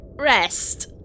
rest